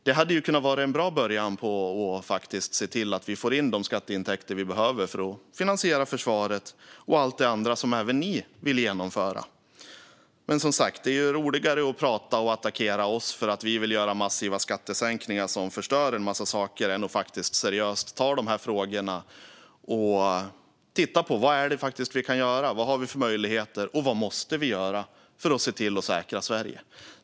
Det hade varit en bra början för att se till att få in de skatteintäkter vi behöver för att finansiera försvaret och allt det andra som även ni vill genomföra. Men det är roligare att anklaga oss för att vilja göra massiva skattehöjningar som förstör en massa saker än att ta dessa frågor seriöst och titta på vad vi kan och måste göra för att säkra Sverige.